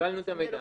קיבלנו מידע,